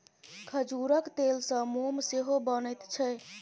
खजूरक तेलसँ मोम सेहो बनैत छै